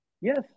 Yes